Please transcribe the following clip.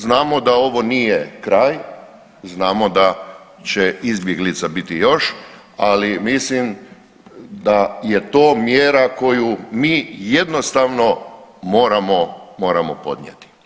Znamo da ovo nije kraj, znamo da će izbjeglica biti još, ali mislim da je to mjera koju mi jednostavno moramo podnijeti.